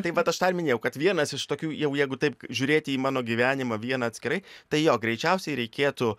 tai vat aš tą ir minėjau kad vienas iš tokių jau jeigu taip žiūrėti į mano gyvenimą vieną atskirai tai jo greičiausiai reikėtų